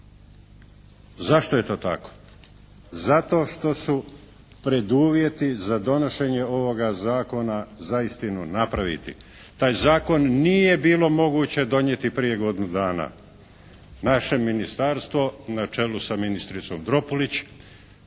Zašto je to tako? Zato što su preduvjeti za donošenje ovoga zakona zaistinu napraviti, taj zakon nije bilo moguće donijeti prije godinu dana. Naše ministarstvo na čelu sa ministricom Dropulić